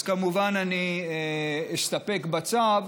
אז כמובן אני אסתפק בצו.